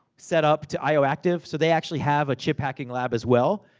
setup to ioactive. so, they actually have a chip-hacking lab, as well.